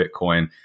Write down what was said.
Bitcoin